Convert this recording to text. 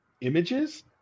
images